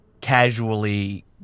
casually